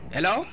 Hello